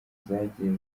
zagiye